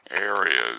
areas